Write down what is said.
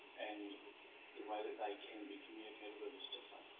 and the way that they can be communicated with is different.